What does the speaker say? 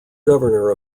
governor